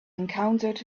encountered